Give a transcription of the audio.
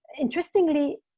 Interestingly